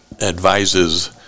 advises